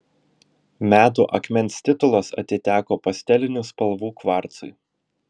metų akmens titulas atiteko pastelinių spalvų kvarcui